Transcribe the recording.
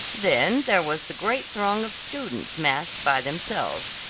then there was the great throng of students massed by themselves,